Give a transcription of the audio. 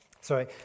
Sorry